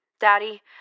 Daddy